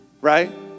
Right